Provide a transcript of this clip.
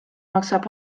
maksab